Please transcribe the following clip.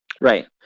Right